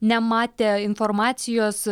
nematę informacijos